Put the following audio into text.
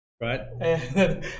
Right